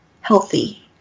healthy